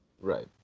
Right